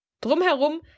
Drumherum